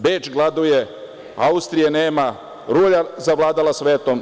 Beč gladuje, Austrije nema, rulja zavladala svetom.